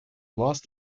lost